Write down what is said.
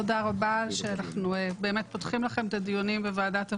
תודה רבה שאנחנו פותחים לכם את הדיונים בוועדת הפנים.